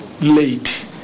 late